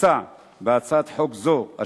מוצע בהצעת חוק זו,